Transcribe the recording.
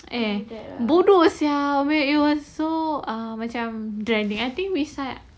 eh bodoh sia where it was so err macam training I think we start